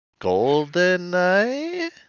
GoldenEye